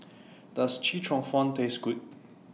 Does Chee Cheong Fun Taste Good